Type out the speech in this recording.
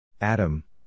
Adam